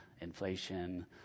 inflation